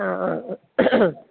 ആ ആ ആ